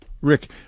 Rick